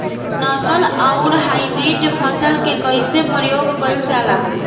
नस्ल आउर हाइब्रिड फसल के कइसे प्रयोग कइल जाला?